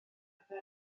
gyfer